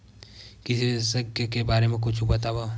कृषि विशेषज्ञ के बारे मा कुछु बतावव?